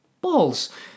balls